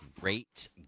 great